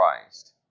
Christ